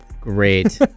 Great